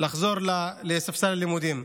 לחזור לספסל הלימודים.